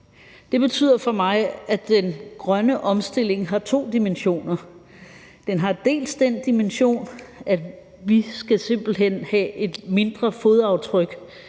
Det betyder for mig, at den grønne omstilling har to dimensioner: Den har dels den dimension, at vi simpelt hen skal have et mindre fodaftryk